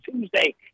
Tuesday